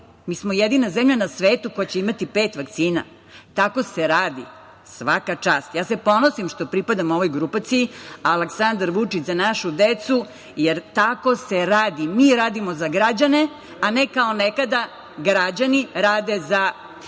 Mi smo jedina zemlja na svetu koja će imati pet vakcina. Tako se radi. Svaka čast. Ja se ponosim što pripadam ovoj grupaciji Aleksandar Vučić – Za našu decu, jer tako se radi. Mi radimo za građane, a ne kao nekada da građani rade za Đilasa